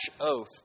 oath